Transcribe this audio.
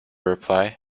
reply